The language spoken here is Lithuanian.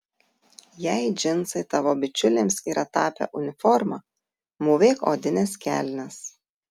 jei džinsai tavo bičiulėms yra tapę uniforma mūvėk odines kelnes